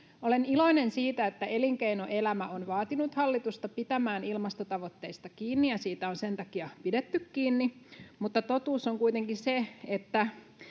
Olen iloinen siitä, että elinkeinoelämä on vaatinut hallitusta pitämään ilmastotavoitteista kiinni ja niistä on sen takia pidetty kiinni, mutta totuus on kuitenkin se, että